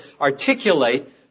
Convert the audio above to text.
articulate